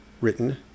written